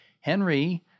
Henry